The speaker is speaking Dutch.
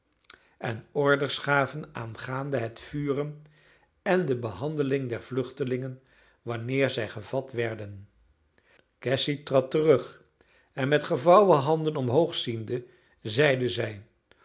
en orders gaven aangaande het vuren en de behandeling der vluchtelingen wanneer zij gevat werden cassy trad terug en met gevouwen handen omhoog ziende zeide zij